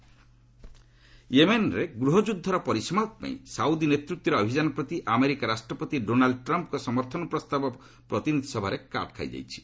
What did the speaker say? US Yemen ୟେମେନ୍ରେ ଗୃହ ଯୁଦ୍ଧର ପରିସମାପ୍ତି ପାଇଁ ସାଉଦି ନେତୃତ୍ୱରେ ଅଭିଯାନ ପ୍ରତି ଆମେରିକା ରାଷ୍ଟ୍ରପତି ଡୋନାଲ୍ଚ ଟ୍ରମ୍ଫ୍ଙ୍କ ସମର୍ଥନ ପ୍ରସ୍ତାବ ପ୍ରତିନିଧି ସଭାରେ କାଟ୍ ଖାଇଯାଇଛି